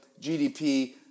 GDP